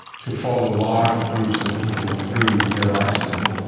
to follow large groups of people through their lifespan.